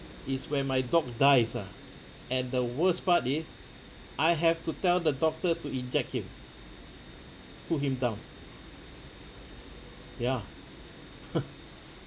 is when my dog dies ah and the worst part is I have to tell the doctor to inject him put him down ya